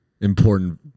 important